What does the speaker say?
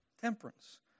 temperance